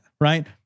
Right